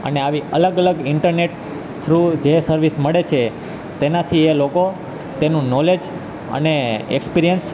અને આવી અલગ અલગ ઈન્ટરનેટ થ્રુ જે સર્વિસ મળે છે તેનાથી એ લોકો તેનું નોલેજ અને એક્સપિરિયન્સ